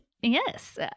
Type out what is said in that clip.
yes